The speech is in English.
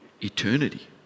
eternity